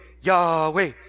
Yahweh